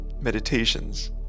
meditations